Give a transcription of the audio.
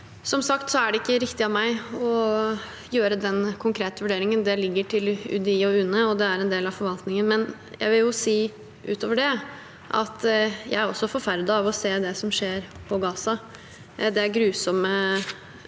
er det ikke riktig av meg å gjøre den konkrete vurderingen. Det ligger til UDI og UNE, og det er en del av forvaltningen. Men utover det vil jeg si at jeg også er forferdet over å se det som skjer i Gaza.